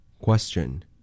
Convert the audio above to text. Question